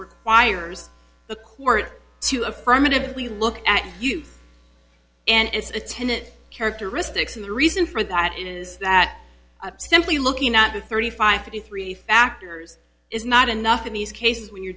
requires the court to affirmatively look at you and it's a tenet characteristics and the reason for that is that simply looking at the thirty five fifty three factors is not enough in these cases when you're